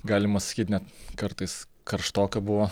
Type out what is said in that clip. galima sakyt net kartais karštoka buvo